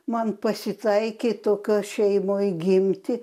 man pasitaikė tokioj šeimoj gimti